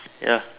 ya